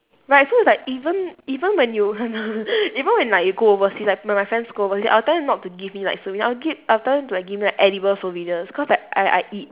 right so it's like even even when you even when like you go overseas right when my friends go overseas I'll tell them to not give me like souvenirs I'll gi~ I'll tell them to like give me like edible souvenirs cause I I eat